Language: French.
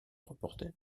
reporter